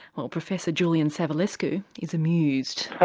well professor julian savulescu is amused.